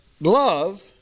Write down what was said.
love